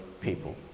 people